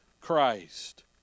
Christ